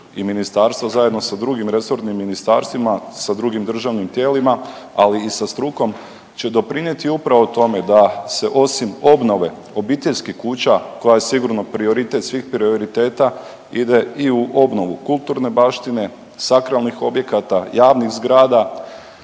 i ministarstvo zajedno sa drugim resornim ministarstvima i sa drugim državnim tijelima, ali i sa strukom će doprinjeti upravo tome da se osim obnove obiteljskih kuća koja je sigurno prioritet svih prioriteta ide i u obnovu kulturne baštine, sakralnih objekata, javnih zgrada